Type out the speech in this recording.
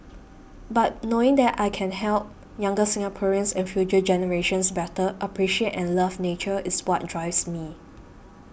but knowing that I can help younger Singaporeans and future generations better appreciate and love nature is what drives me